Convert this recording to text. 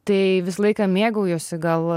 tai visą laiką mėgaujuosi gal